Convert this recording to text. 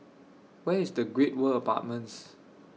Where IS The Great World Apartments